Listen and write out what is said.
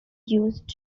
used